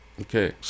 okay